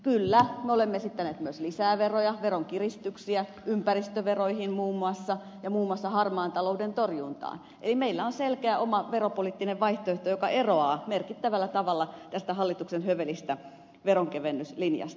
kyllä me olemme esittäneet myös lisää veroja veronkiristyksiä ympäristöveroihin muun muassa ja harmaan talouden torjuntaan eli meillä on selkeä oma veropoliittinen vaihtoehto joka eroaa merkittävällä tavalla tästä hallituksen hövelistä veronkevennyslinjasta